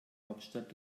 hauptstadt